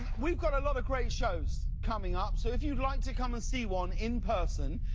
we've got a lot of great shows coming up, so if you'd like to come ah see one in person,